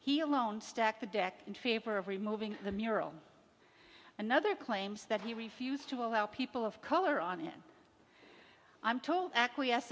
he alone stacked the deck in favor of removing the mural another claims that he refused to allow people of color on i'm told acquiesc